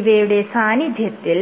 ഇവയുടെ സാന്നിധ്യത്തിൽ